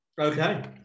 Okay